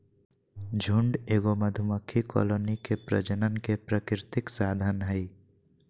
झुंड एगो मधुमक्खी कॉलोनी के प्रजनन के प्राकृतिक साधन हइ